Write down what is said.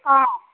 অঁ